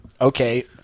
Okay